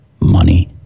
money